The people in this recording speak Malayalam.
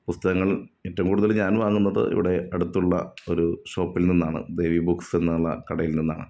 പുസ്തകങ്ങൾ ഏറ്റോം കൂടുതൽ ഞാൻ വാങ്ങുന്നത് ഇവിടെ അടുത്തുള്ള ഒരു ഷോപ്പിൽ നിന്നാണ് ദേവി ബുക്സ് എന്നുള്ള കടയിൽ നിന്നാണ്